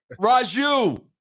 Raju